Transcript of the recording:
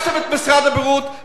זו הסתה.